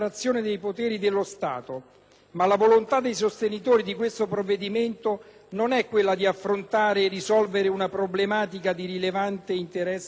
Ma la volontà dei sostenitori di questo provvedimento non è quella di affrontare e risolvere una problematica di rilevante interesse sociale bensì